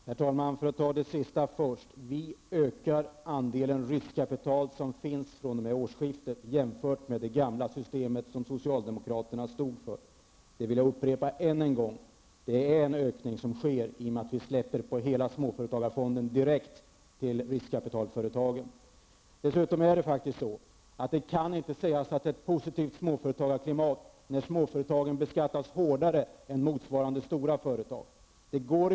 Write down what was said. Herr talman! För att ta det sista först: Vi ökar fr.o.m. årsskiftet andelen riskkapital i förhållande till det gamla systemet, som socialdemokraterna står för. Jag vill än en gång upprepa att det blir en ökning genom att vi ställer hela Dessutom kan det inte sägas att det är ett positivt småföretagarklimat när småföretagen beskattas hårdare än motsvarande stora företag.